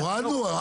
הורדנו.